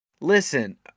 listen